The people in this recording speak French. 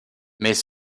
mais